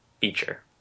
feature